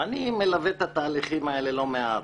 אני מלווה את התהליכים האלה לא מעט,